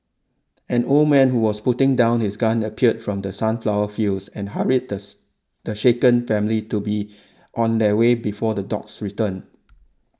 an old man who was putting down his gun appeared from the sunflower fields and hurried the the shaken family to be on their way before the dogs return